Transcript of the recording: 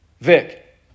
Vic